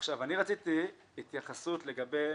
עכשיו, אני רציתי התייחסות לגבי